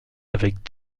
avec